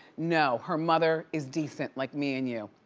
no, her mother is decent, like me and you.